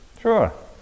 Sure